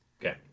Okay